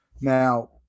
Now